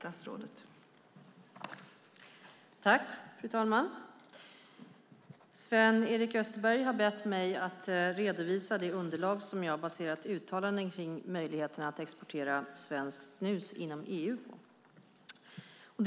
Fru talman! Sven-Erik Österberg har bett mig att redovisa det underlag som jag baserat uttalanden kring möjligheterna att exportera svenskt snus inom EU på.